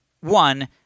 one